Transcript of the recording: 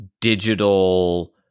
digital